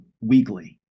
weekly